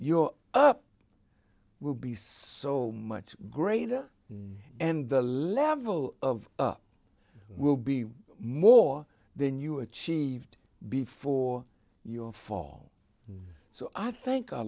your up will be so much greater and the level of up will be more than you achieved before your fall so i think